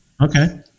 okay